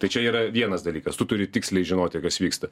tai čia yra vienas dalykas tu turi tiksliai žinoti kas vyksta